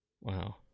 Wow